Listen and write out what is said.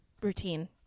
routine